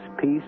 peace